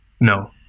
no